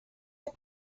had